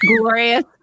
glorious